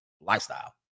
lifestyle